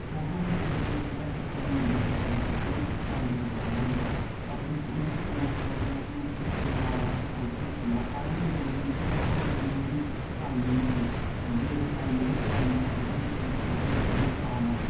photo खिच्चने ताईं अपना इक तजुर्बा चाहिदा अपने इक एंगल चाहिदा होंदा अपने इक मतलब पोज चाहिदा होंदा कि इस दा दा असैं फोटो खिच्चना टाइमिंग चाहिदी होंदी सारें कोला जरुरी टाइमिंग होंदी कि अगर टाइमिंग इस टाइम पर फोटो खिच्चेआ ते फोटो मतलब आना